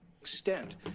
extent